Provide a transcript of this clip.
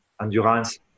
endurance